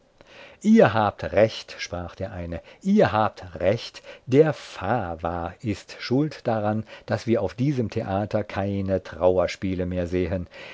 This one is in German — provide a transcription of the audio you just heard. ihr habt recht sprach der eine ihr habt recht der fava ist schuld daran daß wir auf diesem theater keine trauerspiele mehr sehen